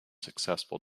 successful